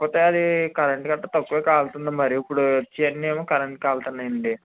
కాకపోతే అది కరెంటు గట్టా తక్కువ కాలుతుంది మరి ఇప్పుడు వచ్చేవి అన్నీ ఏమో కరెంటు కాలుతున్నాయి అండి